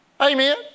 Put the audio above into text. Amen